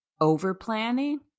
over-planning